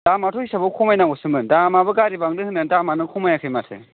दामाथ' हिसाबाव खमायनांगौसोमोन दामाबो गारि बांदों होननानै खमायाखै माथो